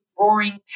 Roaring